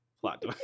plot